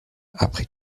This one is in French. après